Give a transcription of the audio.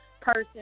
person